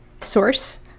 source